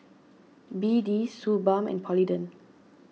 B D Suu Balm and Polident